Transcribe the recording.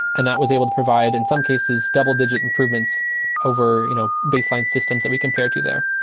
and that was able to provide, in some cases, double digit improvements over you know baseline systems that we compare to there.